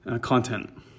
content